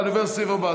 אני עובר לסעיף הבא,